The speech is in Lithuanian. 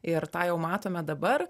ir tą jau matome dabar